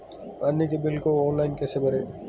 पानी के बिल को ऑनलाइन कैसे भरें?